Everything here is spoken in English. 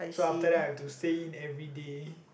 so after that I have to stay in everyday